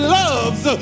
loves